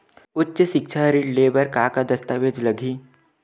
उच्च सिक्छा ऋण ले बर का का दस्तावेज लगही?